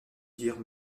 dire